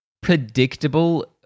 predictable